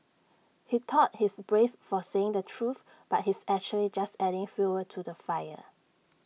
he thought he's brave for saying the truth but he's actually just adding fuel to the fire